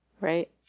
Right